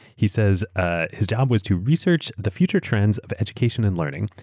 he says ah his job was to research the future trends of education and learning,